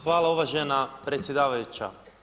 Hvala uvažena predsjedavajuća.